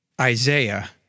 Isaiah